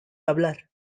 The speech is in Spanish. hablar